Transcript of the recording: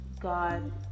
God